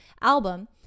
album